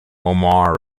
omar